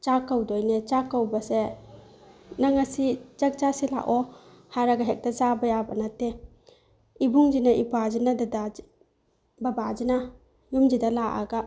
ꯆꯥꯛ ꯀꯧꯗꯣꯏꯅꯦ ꯆꯥꯛ ꯀꯧꯕꯁꯦ ꯅꯪ ꯉꯁꯤ ꯆꯥꯛ ꯆꯥꯁꯤ ꯂꯥꯛꯑꯣ ꯂꯥꯏꯔꯒ ꯍꯦꯛꯇ ꯆꯥꯕ ꯌꯥꯕ ꯅꯠꯇꯦ ꯏꯕꯨꯡꯁꯤꯅ ꯏꯎꯄ꯭ꯋꯥꯁꯤꯅ ꯗꯗꯥ ꯕꯕꯥꯁꯤꯅ ꯌꯨꯝꯁꯤꯗ ꯂꯥꯛꯑꯒ